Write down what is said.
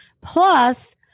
Plus